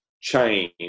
change